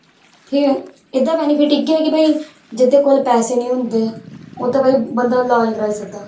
ठीक ऐ एह्दा बैनिफिट इयै भाई जेह्दै कोल पैसे नी होंदे ओह् बंदा इलाज़ कराई सकदा